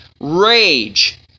rage